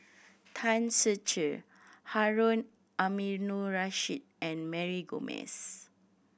Tan Ser Cher Harun Aminurrashid and Mary Gomes